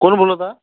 कोण बोलता